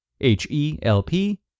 H-E-L-P